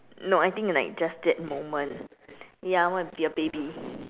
no I think like just that moment ya I want to be a baby